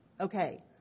Okay